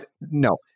no